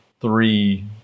three